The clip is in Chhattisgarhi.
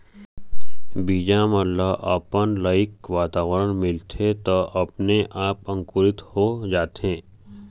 बीजा मन ल अपन लइक वातावरन मिलथे त अपने आप अंकुरित हो जाथे